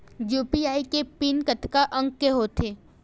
UPI के PIN कतका अंक के होथे?